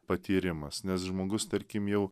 patyrimas nes žmogus tarkim jau